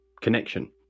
connection